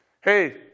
Hey